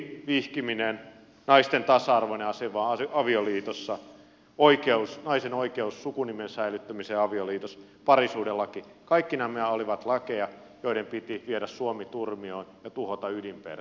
siviilivihkiminen naisten tasa arvoinen asema avioliitossa naisen oikeus sukunimen säilyttämiseen avioliitossa parisuhdelaki kaikki nämä olivat lakeja joiden piti viedä suomi turmioon ja tuhota ydinperhe